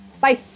Bye